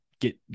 get